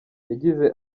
yagize